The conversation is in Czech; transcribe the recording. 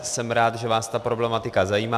Jsem rád, že vás ta problematika zajímá.